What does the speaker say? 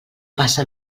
passa